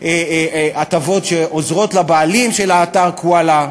הטבות שעוזרות לבעלים של האתר "קוואלה".